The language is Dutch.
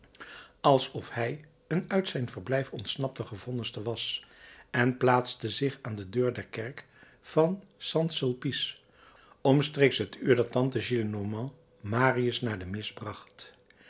alsof hij een uit zijn verblijf ontsnapte gevonniste was en plaatste zich aan de deur der kerk van st sulpice omstreeks het uur dat tante gillenormand marius naar de mis bracht